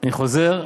אני חוזר,